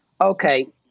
Okay